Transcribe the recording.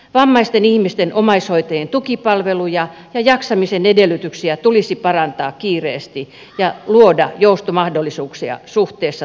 vammaisten ihmisten omaishoitajien tukipalveluja ja jaksamisen edellytyksiä tulisi parantaa kiireesti ja luoda joustomahdollisuuksia suhteessa työelämään